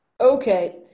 Okay